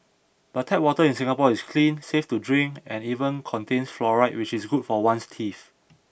but tap water in Singapore is clean safe to drink and even contains fluoride which is good for one's teeth